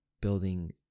building